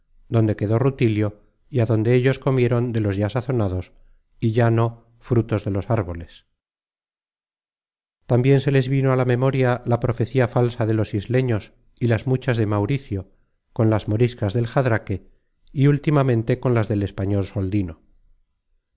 donde quedó rutilio y adonde ellos comieron de los ya sazonados y ya no frutos de los árboles tambien se les vino á la memoria la profecía falsa de los isleños y las mu content from google book search generated at chas de mauricio con las moriscas del jadraque y últimamente con las del español soldino